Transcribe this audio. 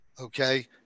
Okay